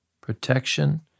protection